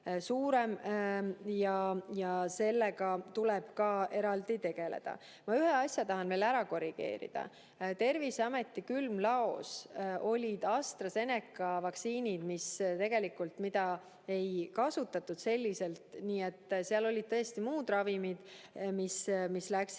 suur, ja sellega tuleb eraldi tegeleda. Ma ühe asja tahan veel ära korrigeerida. Terviseameti külmlaos olid AstraZeneca vaktsiinid, mida ei kasutatud selliselt, aga seal olid tõesti muud ravimid, mis läksid